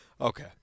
Okay